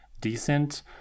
decent